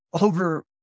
over